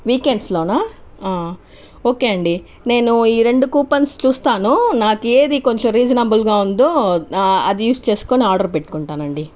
weekends లోనా okay అండీ నేను ఈ రెండు కూపన్స్ చూస్తాను నాకి ఏది కొంచం రీజనబుల్గా ఉందో అది యూజ్ చేస్కొని ఆర్డర్ పెట్టుకుంటానండీ